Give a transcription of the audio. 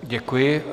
Děkuji.